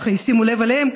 ישימו לב אליהם,